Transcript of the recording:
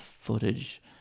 footage